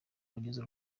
wagize